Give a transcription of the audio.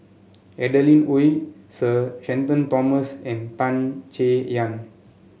Adeline Ooi Sir Shenton Thomas and Tan Chay Yan